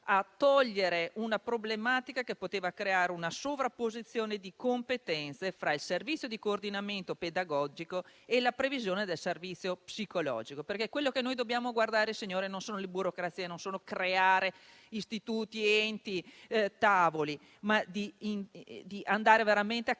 a eliminare una problematica che poteva creare una sovrapposizione di competenze fra il servizio di coordinamento pedagogico e la previsione del servizio psicologico. Quello cui noi dobbiamo guardare, colleghi, non sono le burocrazie, non è la creazione di istituti, enti e tavoli, ma la creazione